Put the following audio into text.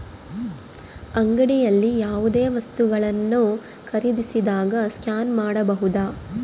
ಅಂಗಡಿಯಲ್ಲಿ ಯಾವುದೇ ವಸ್ತುಗಳನ್ನು ಖರೇದಿಸಿದಾಗ ಸ್ಕ್ಯಾನ್ ಮಾಡಬಹುದಾ?